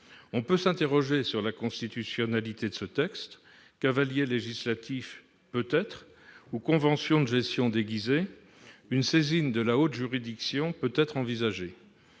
On peut s'interroger sur la constitutionnalité de ce texte : cavalier législatif peut-être ou convention de gestion déguisée ? Une saisine de la haute juridiction peut être envisagée.